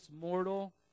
mortal